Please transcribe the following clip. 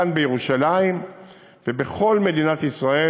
כאן בירושלים ובכל מדינת ישראל.